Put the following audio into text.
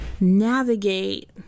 navigate